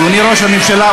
אדוני ראש הממשלה,